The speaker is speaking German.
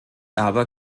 aber